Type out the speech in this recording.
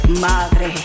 Madre